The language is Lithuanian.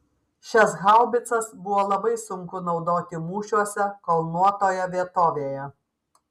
šias haubicas buvo labai sunku naudoti mūšiuose kalnuotoje vietovėje